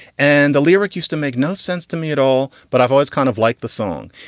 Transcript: and the lyric used to make no sense to me at all. but i've always kind of like the song.